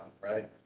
right